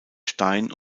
stein